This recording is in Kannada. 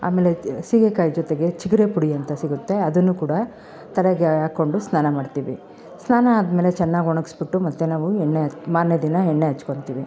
ಆಮೇಲೆ ಸೀಗೆಕಾಯಿ ಜೊತೆಗೆ ಚಿಗರೇ ಪುಡಿ ಅಂತ ಸಿಗುತ್ತೆ ಅದುನ್ನು ಕೂಡ ತಲೆಗೆ ಹಾಕ್ಕೊಂಡು ಸ್ನಾನ ಮಾಡ್ತಿವಿ ಸ್ನಾನ ಆದಮೇಲೆ ಚೆನ್ನಾಗ್ ಒಣಗಿಸ್ಬಿಟ್ಟು ಮತ್ತು ನಾವು ಎಣ್ಣೆ ಹ ಮಾರನೆ ದಿನ ಎಣ್ಣೆ ಹಚ್ಕೊಂತಿವಿ